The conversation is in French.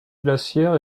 glaciaire